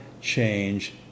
change